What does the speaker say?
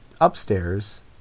upstairs